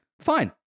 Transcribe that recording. fine